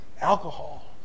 alcohol